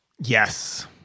Yes